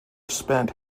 spent